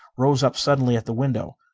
rose up suddenly at the window.